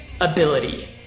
ability